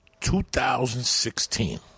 2016